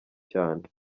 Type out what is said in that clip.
cyane